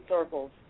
circles